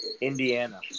Indiana